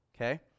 okay